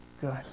good